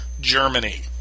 Germany